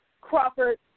Crawford